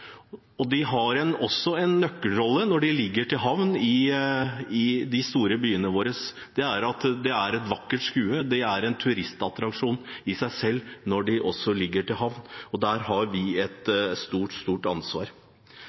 De har også en nøkkelrolle når de ligger til havn i de store byene våre. De er et vakkert skue, de er en turistattraksjon i seg selv også når de ligger til havn. Der har vi et stort, stort ansvar.